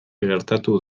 gertatu